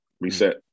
reset